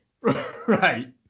right